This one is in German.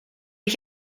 ich